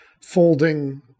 folding